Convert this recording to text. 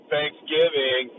Thanksgiving